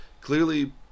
clearly